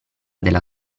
della